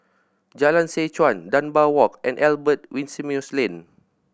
Jalan Seh Chuan Dunbar Walk and Albert Winsemius Lane